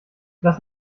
lass